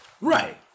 right